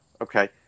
Okay